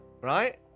Right